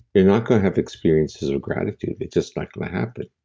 you're not going to have experiences of gratitude. it's just not going to happen.